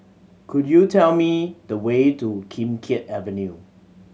could you tell me the way to Kim Keat Avenue